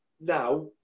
now